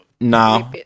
no